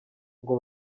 ngo